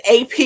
ap